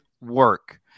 work